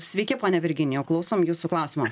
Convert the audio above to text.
sveiki pone virginijau klausom jūsų klausimą